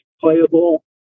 playable